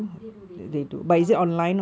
they do they do uh